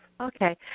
Okay